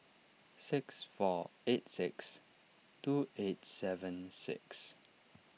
six four eight six two eight seven six